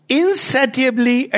insatiably